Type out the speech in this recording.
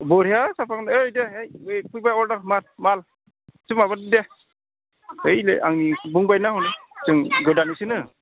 बरिया जागोन ओइ दे फैबाय अरदार माल माल एसे माबादो दे ओइलाय आंनि बुंबायनो जों गोदानोसैनो